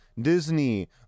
Disney